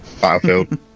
Battlefield